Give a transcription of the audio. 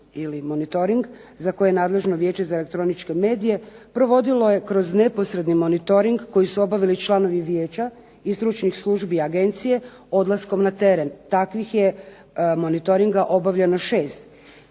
ili monitoring za koje je nadležno Vijeće za elektroničke medije provodilo je kroz neposredni monitoring koji su obavili članovi vijeća i stručnih službi agencije odlaskom na teren, takvih je monitoringa obavljeno 6,